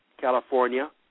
California